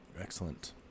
Excellent